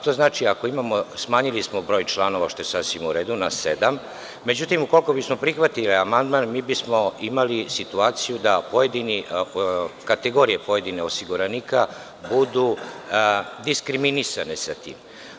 To znači, smanjili smo broj članova, što je sasvim u redu, na sedam, međutim, ukoliko bismo prihvatili amandman, mi bismo imali situaciju da pojedine kategorije osiguranika budu diskriminisane sa tim.